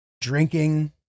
drinking